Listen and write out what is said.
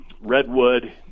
redwood